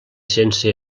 sense